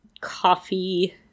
Coffee